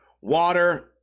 Water